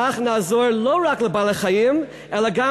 כך נעזור לא רק לבעלי-החיים אלא גם